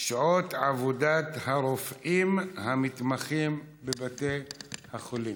שעות עבודת הרופאים המתמחים בבתי החולים.